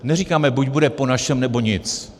Neříkáme buď bude po našem, nebo nic.